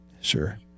sure